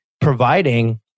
providing